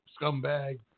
scumbag